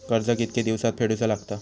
कर्ज कितके दिवसात फेडूचा लागता?